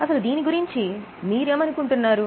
అసలు దీని గురించి మీరేమనుకుంటున్నారు